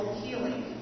healing